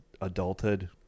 adulthood